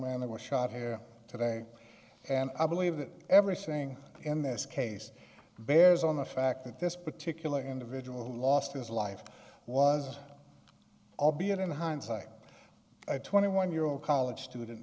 man that was shot here today and i believe that every saying in this case bears on the fact that this particular individual lost his life was albeit in hindsight twenty one year old college student